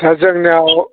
दा जोंनाव